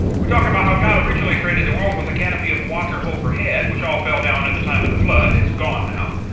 we talked about how god originally created the world with a. canopy of water over head which all fell down at the time of the flood. it's gone now,